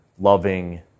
loving